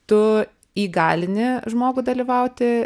tu į galini žmogų dalyvauti